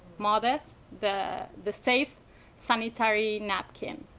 modess the the safe sanitary napkin.